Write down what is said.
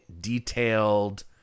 detailed